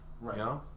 Right